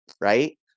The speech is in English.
right